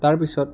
তাৰপিছত